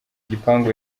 gipangu